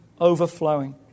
overflowing